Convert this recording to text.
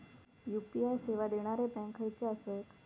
UPI सेवा देणारे bank खयचे आसत?